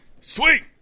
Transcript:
Sweet